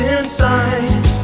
inside